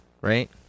right